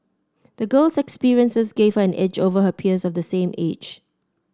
the girl's experiences gave her an edge over her peers of the same age